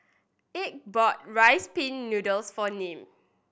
Ike bought Rice Pin Noodles for Nim